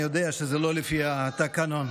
אני יודע שזה לא לפי התקנון.